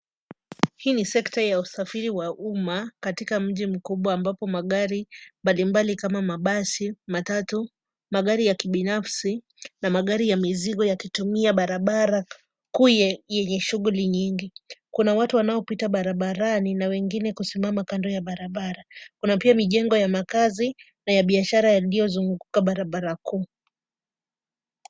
Hii ni sekta ya usafiri wa umma katika mji mkubwa ambapo magari mbalimbali kama mabasi, matatu, magari ya kibinafsi na magari ya mizigo yakitumia barabara kuu yenye shuguli nyingi. Kuna watu wanaopita barabarani na wengine kusimama kando ya barabara. Kuna pia mijengo ya makaazi na ya biashara yaliyozunguka barabara kuu.